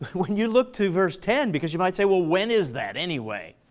when you look to verse ten because you might say, well, when is that anyway?